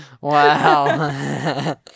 Wow